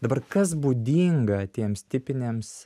dabar kas būdinga tiems tipiniams